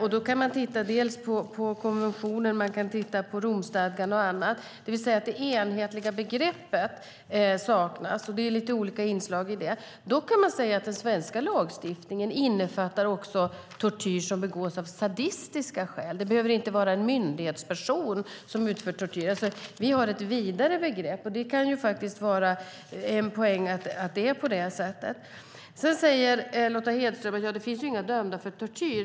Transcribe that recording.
Man kan se dels i konventionen, dels i Romstadgan att det enhetliga begreppet saknas, och det är lite olika inslag i det. Dock innefattar den svenska lagstiftningen också tortyr som begås av sadistiska skäl. Det behöver inte vara en myndighetsperson som utför tortyr. Vi har alltså ett vidare begrepp, vilket kan vara en poäng. Lotta Hedström säger att det inte finns några som är dömda för tortyr.